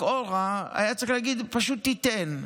לכאורה היה צריך להגיד פשוט "תיתן".